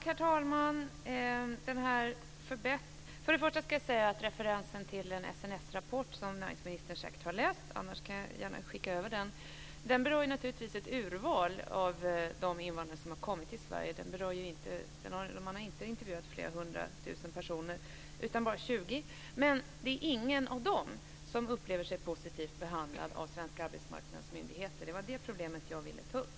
Herr talman! Referensen till en SNS-rapport, som näringsministern säkert har läst - annars kan jag skicka över den - berör naturligtvis ett urval av de invandrare som har kommit till Sverige. Man har inte intervjuat flera hundra tusen personer, utan bara 20. Men det är ingen av dem som upplever sig som positivt behandlad av svenska arbetsmarknadsmyndigheter. Det var det problemet som jag ville ta upp.